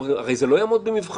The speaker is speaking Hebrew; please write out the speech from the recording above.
אמרו, הרי זה לא יעמוד במבחן.